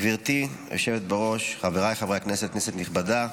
גברתי היושבת-ראש, חבריי חברי הכנסת, כנסת נכבדה,